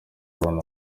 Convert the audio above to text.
aaron